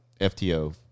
FTO